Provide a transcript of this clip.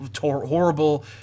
horrible